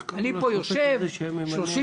אני יושב פה 30 שנה,